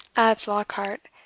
adds lockhart,